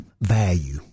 value